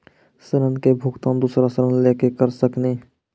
ऋण के भुगतान दूसरा ऋण लेके करऽ सकनी?